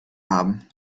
haben